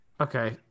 okay